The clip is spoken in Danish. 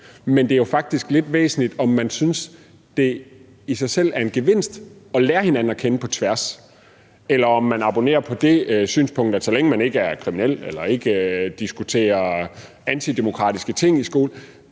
Men det er jo faktisk lidt væsentligt, om man synes, det i sig selv er en gevinst at lære hinanden at kende på tværs, eller om man abonnerer på det synspunkt, at så længe man ikke er kriminel eller ikke diskuterer antidemokratiske ting i skolen,